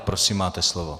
Prosím, máte slovo.